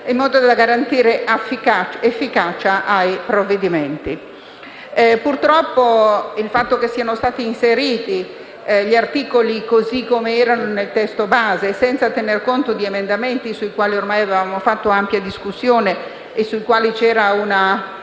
in modo da garantire efficacia ai provvedimenti. Purtroppo il fatto che siano stati inseriti gli articoli, così come erano nel testo base, senza tener conto degli emendamenti sul quale avevamo svolto ampia discussione e su cui c'era un'ampia